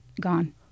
gone